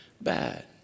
bad